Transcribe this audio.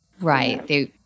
Right